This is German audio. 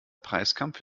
preiskampf